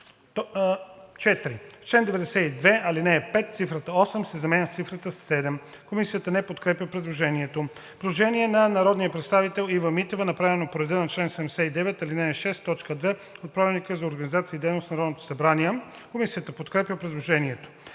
4. В чл. 92, ал. 5 цифрата „8“ се заменя с цифрата „7“.“ Комисията не подкрепя предложението. Предложение на народния представител Ива Митева, направено по реда на чл. 79, ал. 6, т. 2 от Правилника за организацията и дейността на Народното събрание. Комисията подкрепя предложението.